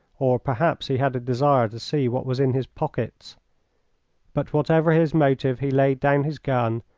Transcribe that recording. or perhaps he had a desire to see what was in his pockets but whatever his motive, he laid down his gun,